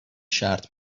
شرط